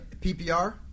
PPR